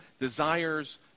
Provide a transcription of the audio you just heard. Desires